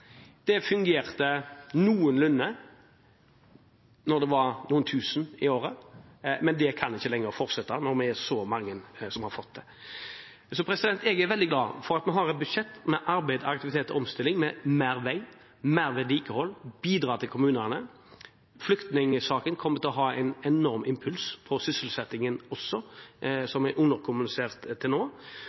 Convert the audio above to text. Det fungerte noenlunde da det var noen tusen i året. Men dette kan ikke lenger fortsette – når det er så mange som har fått det. Jeg er veldig glad for at vi har et budsjett med arbeid, aktivitet og omstilling – mer til vei, mer til vedlikehold og bidrag til kommunen. Flyktningsaken kommer til å ha en enorm impuls for sysselsettingen også, som er underkommunisert til nå.